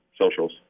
socials